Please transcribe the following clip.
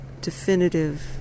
definitive